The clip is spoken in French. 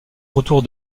retour